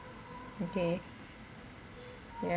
okay yeah